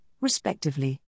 respectively